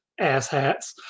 asshats